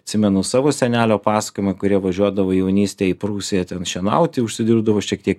atsimenu savo senelio pasakojimą kur jie važiuodavo jaunystėj į prūsiją ten šienauti užsidirbdavo šiek tiek